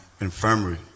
infirmary